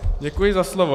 Děkuji za slovo.